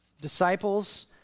disciples